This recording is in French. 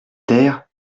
taire